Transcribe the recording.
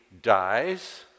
dies